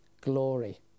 glory